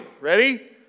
ready